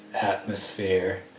atmosphere